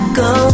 go